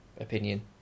opinion